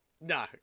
No